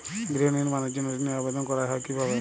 গৃহ নির্মাণের জন্য ঋণের আবেদন করা হয় কিভাবে?